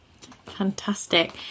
Fantastic